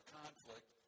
conflict